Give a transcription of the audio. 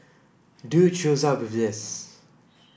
dude shows up with this